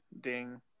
ding